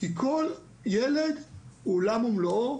כי כל ילד הוא עולם ומלואו,